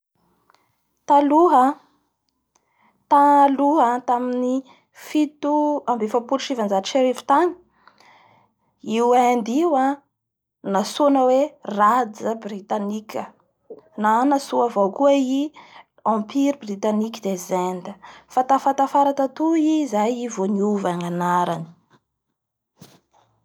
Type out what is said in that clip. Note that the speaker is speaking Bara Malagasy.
Taloha-taloha tamin'ny fito ambin'ny efapolo sy sivinjato sy arivo tany, io Inde io a nantsoina hoe Rajje Brutanique na nantsoa avao koa i Empire Brutanique des Indes fa tafatafara tatoy ii izay i vo niova ny anarany.